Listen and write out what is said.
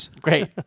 Great